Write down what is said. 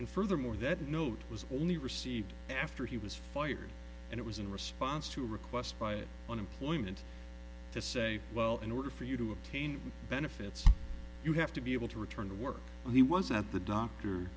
and furthermore that note was only received after he was fired and it was in response to a request by unemployment to say well in order for you to obtain benefits you have to be able to return to work he was at the doctor